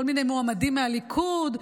כל מיני מועמדים מהליכוד,